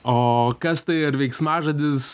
o kas tai ar veiksmažodis